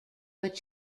but